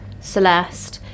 Celeste